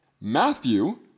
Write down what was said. Matthew